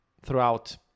throughout